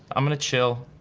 i'm gonna chill.